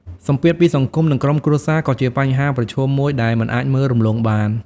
សម្ពាធពីសង្គមនិងក្រុមគ្រួសារក៏ជាបញ្ហាប្រឈមមួយដែលមិនអាចមើលរំលងបាន។